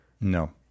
No